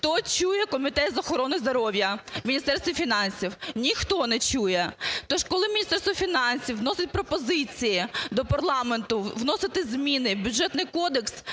Хто чує Комітет з охорони здоров'я у Міністерстві фінансів? Ніхто не чує. Тож, коли Міністерство фінансів вносить пропозиції до парламенту вносити зміни в Бюджетний кодекс,